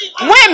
women